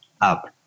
up